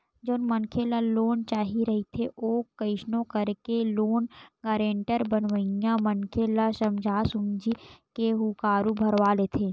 जउन मनखे ल लोन चाही रहिथे ओ कइसनो करके लोन गारेंटर बनइया मनखे ल समझा सुमझी के हुँकारू भरवा लेथे